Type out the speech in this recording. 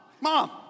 mom